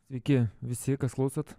sveiki visi kas klausot